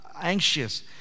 anxious